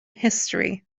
history